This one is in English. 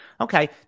Okay